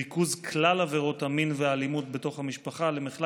ריכוז כלל עבירות המין והאלימות בתוך המשפחה במחלק